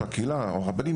הרבנים,